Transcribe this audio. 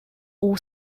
all